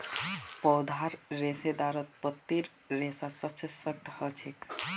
पौधार रेशेदारत पत्तीर रेशा सबसे सख्त ह छेक